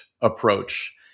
approach